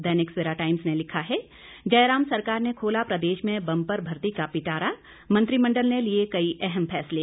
दैनिक Savera times ने लिखा है जयराम सरकार ने खोला प्रदेश में बंपर भर्ती का पिटारा मंत्रिमंडल ने लिए कई अहम फैसले